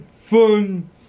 fun